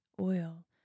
oil